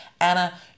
Anna